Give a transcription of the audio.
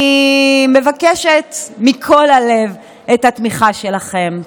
אני מבקשת מכל הלב את התמיכה שלכם.